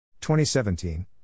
2017